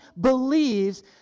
believes